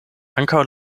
ankaŭ